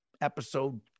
episode